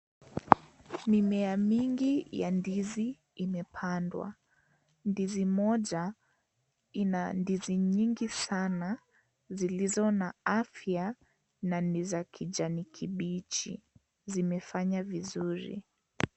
Mimea mingi ya ndizi imepandwa, ndizi moja ina ndizi nyingi sana zilizo na afya na ni za kijani kibichi zimefanya vizuri.